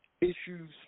issues